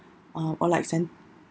uh or like cen~